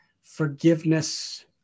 forgiveness